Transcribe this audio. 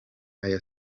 aya